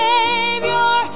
Savior